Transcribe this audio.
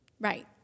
Right